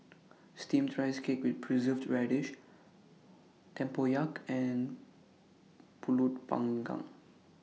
Steamed Rice Cake with Preserved Radish Tempoyak and Pulut Panggang